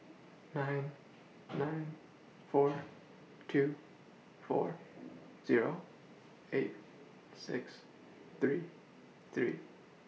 nine nine four two four Zero eight six three three